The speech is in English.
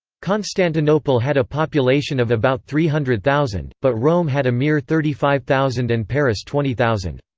constantinople had a population of about three hundred thousand, but rome had a mere thirty five thousand and paris twenty thousand.